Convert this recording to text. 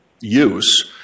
use